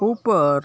ઉપર